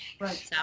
Right